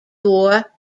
door